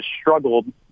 struggled